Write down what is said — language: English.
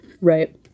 Right